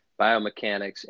biomechanics